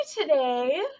today